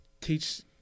teach